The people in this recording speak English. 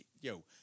Yo